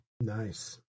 Nice